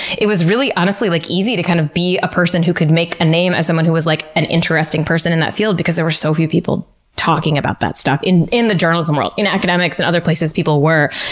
it was really, honestly, like easy to kind of be a person who could make a name as someone who was like an interesting person in that field because there were so few people talking about that stuff in in the journalism world. in academics and other places, people were,